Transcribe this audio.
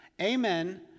Amen